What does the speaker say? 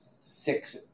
six